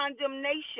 condemnation